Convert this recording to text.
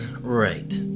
Right